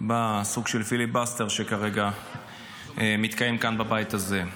בסוג של פיליבסטר שכרגע מתקיים כאן בבית הזה.